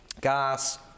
gas